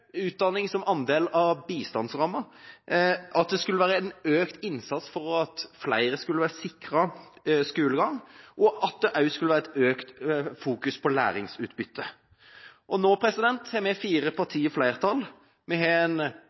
av bistandsrammen til utdanning. Det skulle være en økt innsats for at flere skulle være sikret skolegang, og det skulle også være økt fokusering på læringsutbytte. Nå har disse fire partiene flertall. Vi har en